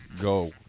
go